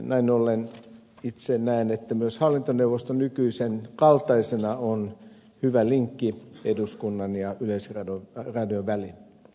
näin ollen itse näen että myös hallintoneuvosto nykyisen kaltaisena on hyvä linkki eduskunnan ja yleisradion välillä